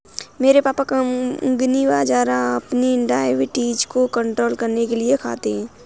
मेरे पापा कंगनी बाजरा अपनी डायबिटीज को कंट्रोल करने के लिए खाते हैं